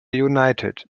united